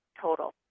total